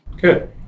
Good